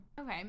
okay